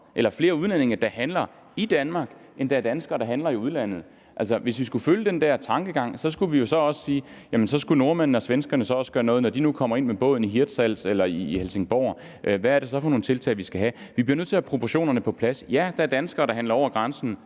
set er flere udlændinge, der handler i Danmark, end der er danskere, der handler i udlandet. Hvis vi skulle følge den der tankegang, så skulle vi jo også sige, at nordmændene og svenskerne også skulle gøre noget; altså, når de kommer ind med båden i Hirtshals eller Helsingør, hvad er det så for nogle tiltag, vi skal have? Vi bliver nødt til at have proportionerne på plads. Ja, der er danskere, der handler på tværs